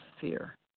fear